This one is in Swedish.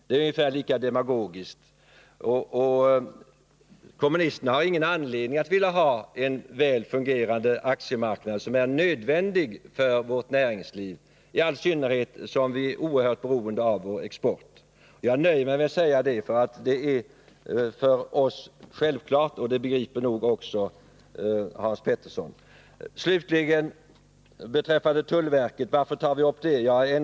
Det är ungefär lika demagogiskt. Och kommunisterna har ingen anledning att vilja ha en väl fungerande aktiemarknad, som är nödvändig för vårt näringsliv, i all synnerhet som vi är oerhört beroende av vår export. Jag nöjer mig med att säga detta, för det är för oss självklart, och det begriper nog också Hans Petersson. Slutligen några ord om varför vi berört tullverket i detta sammanhang.